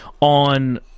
on